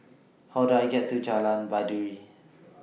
How Do I get to Jalan Baiduri